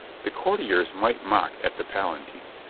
the courtiers might mock at the palatine,